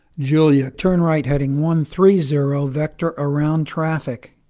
julia, turn right heading one three zero, vector around traffic